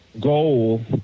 goal